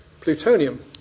plutonium